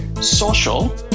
social